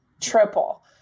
triple